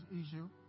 issue